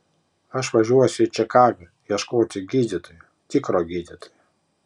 aš važiuosiu į čikagą ieškoti gydytojo tikro gydytojo